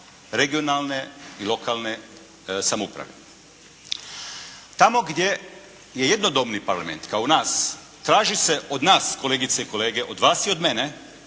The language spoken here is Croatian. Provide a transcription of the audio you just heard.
regionalne i lokalne samouprave. Tamo gdje je jednodomni parlament kao u nas, traži se od nas kolegice i kolege, od vas i od mene,